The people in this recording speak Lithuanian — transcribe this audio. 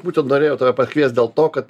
būtent norėjau tave pakvies dėl to kad